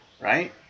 right